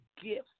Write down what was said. Gift